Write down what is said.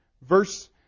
Verse